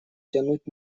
тянуть